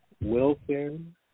Wilson